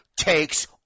takes